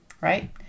right